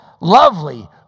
lovely